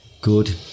good